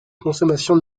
consommation